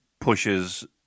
pushes